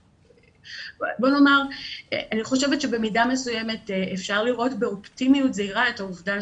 אני חושבת שבמידה מסוימת אפשר לראות באופטימיות זהירה את העובדה